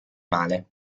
male